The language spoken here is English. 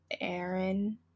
Aaron